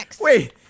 wait